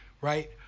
right